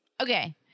Okay